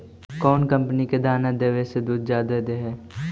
कौन कंपनी के दाना देबए से दुध जादा दे है?